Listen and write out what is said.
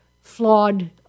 flawed